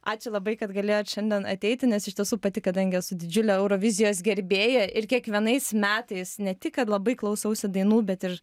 ačiū labai kad galėjot šiandien ateiti nes iš tiesų pati kadangi esu didžiulė eurovizijos gerbėja ir kiekvienais metais ne tik kad labai klausausi dainų bet ir